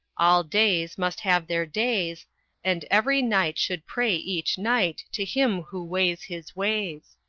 all deys must have their days and every knight should pray each night to him who weighs his ways.